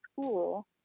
school